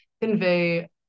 convey